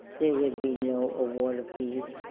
there would be no award of fees?